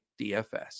DFS